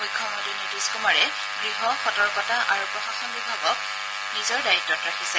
মখ্যমন্ত্ৰী নীতিশ কৃমাৰে গহ সতৰ্কতা আৰু প্ৰশাসন বিভাগ নিজৰ দায়িত্বত ৰাখিছে